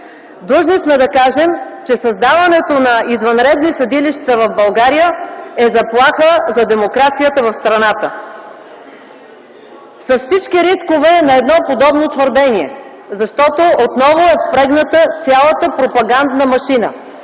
Длъжни сме да кажем, че създаването на извънредни съдилища в България е заплаха за демокрацията в страната - с всички рискове на подобно твърдение, защото отново е впрегната цялата пропагандна машина,